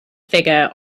figure